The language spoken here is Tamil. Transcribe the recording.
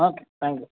okay thank you